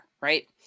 right